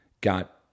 got